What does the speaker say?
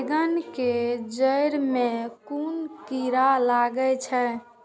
बेंगन के जेड़ में कुन कीरा लागे छै?